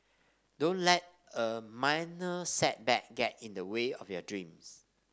don't let a minor setback get in the way of your dreams